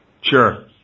Sure